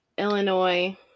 Illinois